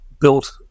built